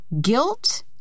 Guilt